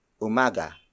Umaga